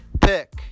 pick